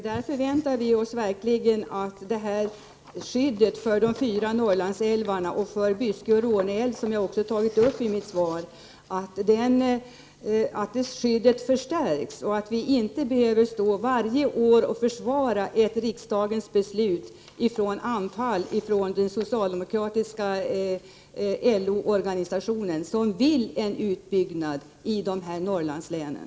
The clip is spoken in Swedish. Därför väntar vi oss verkligen att skyddet för de fyra Norrlandsälvarna och för Byske älv och Råne älv, som jag också tagit upp i min fråga, förstärks så att vi inte behöver stå här varje år och försvara ett riksdagens beslut från anfall från den socialdemokratiska LO-organisationen, som vill få till stånd en utbyggnad i Norrlandslänen.